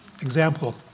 example